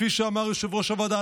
כפי שאמר יושב-ראש הוועדה,